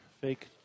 Fake